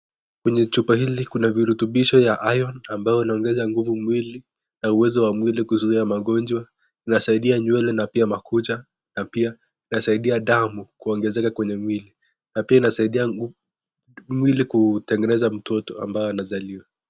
Kwenye chupa hii kuna virutubisho ya Iron ambayo inaongeza nguvu mwilini na uwezo wa mwili kuzuia magonjwa inasaidia nywele na pia makucha na pia inasaidia damu kuongezeka kwenye mwili, na pia inasaidia mwili kutengeneza mtoto ambaye anazaliwa.